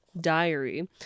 diary